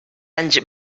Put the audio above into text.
anys